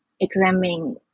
examine